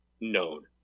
known